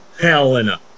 Helena